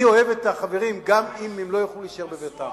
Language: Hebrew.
אני אוהב את החברים גם אם הם לא יוכלו להישאר בביתם.